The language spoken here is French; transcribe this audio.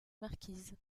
marquise